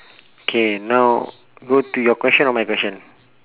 K now go to your question or my question